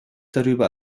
darüber